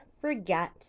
forget